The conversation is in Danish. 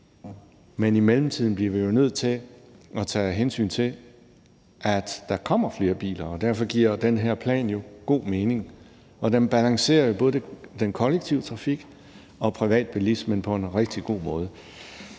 men i mellemtiden bliver vi jo nødt til at tage hensyn til, at der kommer flere biler, og derfor giver den her plan jo god mening, og den balancerer jo både den kollektive trafik og privatbilismen på en rigtig god måde.